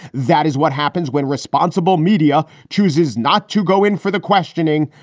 that is what happens when responsible media chooses not to go in for the questioning,